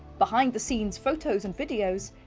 behind the scenes photos and videos,